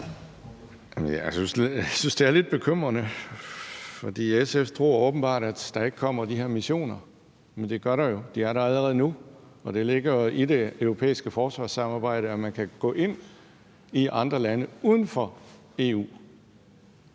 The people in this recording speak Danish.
Jeg synes, det er lidt bekymrende. SF tror åbenbart, at der ikke kommer de her missioner, men det gør det jo. De er der allerede nu, og det ligger jo i det europæiske forsvarssamarbejde, at man kan gå ind i andre lande uden for EU.